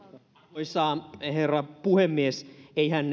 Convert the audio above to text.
arvoisa herra puhemies eihän